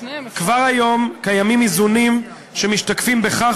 כבר היום קיימים איזונים שמשתקפים בכך